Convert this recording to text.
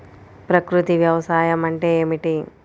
ప్రకృతి వ్యవసాయం అంటే ఏమిటి?